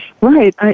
Right